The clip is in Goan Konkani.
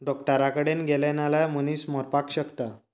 डॉक्टरा कडेन गेले नाजाल्यार मनीस मरपाक शकता